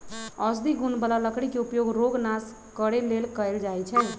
औषधि गुण बला लकड़ी के उपयोग रोग नाश करे लेल कएल जाइ छइ